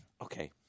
Okay